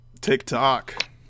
TikTok